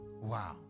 Wow